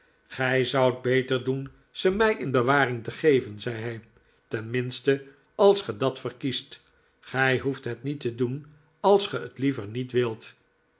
gij zoudt beter doen ze mij in bewaring te geven zei hij tenminste als ge dat verkiest gij hoeft het niet te doen als ge het liever niet wilt